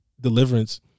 deliverance